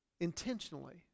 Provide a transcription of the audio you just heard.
intentionally